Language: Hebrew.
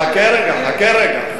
חכה רגע.